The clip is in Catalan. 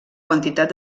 quantitat